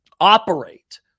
operate